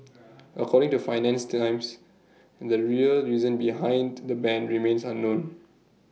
according to finance the times the real reason behind the ban remains unknown